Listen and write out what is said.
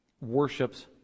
worships